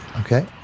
Okay